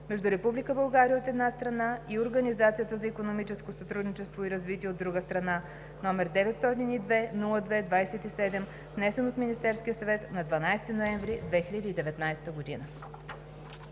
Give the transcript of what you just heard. между Република България, от една страна, и Организацията за икономическо сътрудничество и развитие (ОИСР), от друга страна, № 902-02-27, внесен от Министерския съвет на 12 ноември 2019 г.“